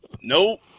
nope